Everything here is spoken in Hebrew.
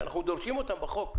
שאנחנו דורשים אותן בחוק.